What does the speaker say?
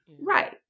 Right